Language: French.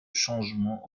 changements